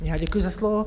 Já děkuji za slovo.